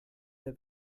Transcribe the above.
der